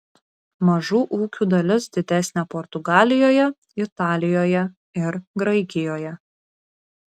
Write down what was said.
mažų ūkių dalis didesnė portugalijoje italijoje ir graikijoje